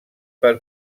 per